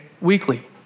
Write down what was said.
weekly